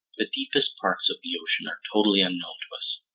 the deepest parts of the ocean are totally unknown to us,